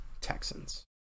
Texans